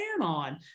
on